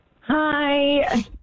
Hi